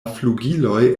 flugiloj